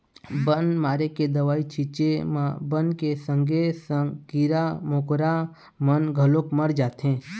बन मारे के दवई छिंचे म बन के संगे संग कीरा कमोरा मन घलोक मर जाथें